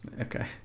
Okay